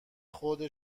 خود